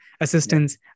assistance